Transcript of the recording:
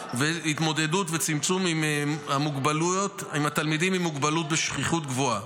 ובהתמודדות תוך צמצום מספרם של התלמידים עם מוגבלות בשכיחות גבוהה.